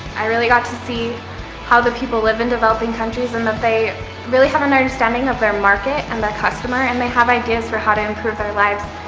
i really got to see how the people live in developing countries and that they really have an understanding of their market, and their customer, and they have ideas for how to improve their lives,